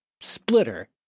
splitter